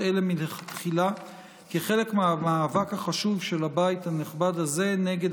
אלה מלכתחילה כחלק מהמאבק החשוב של הבית הנכבד הזה נגד